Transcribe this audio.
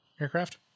aircraft